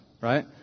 right